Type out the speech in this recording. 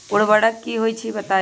उर्वरक की होई छई बताई?